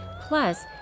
Plus